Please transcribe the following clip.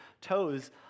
toes